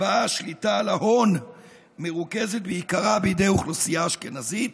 שבה השליטה על ההון מרוכזת בעיקרה בידי אוכלוסייה אשכנזית,